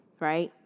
right